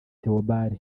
theobald